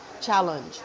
challenge